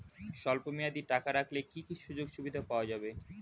স্বল্পমেয়াদী টাকা রাখলে কি কি সুযোগ সুবিধা পাওয়া যাবে?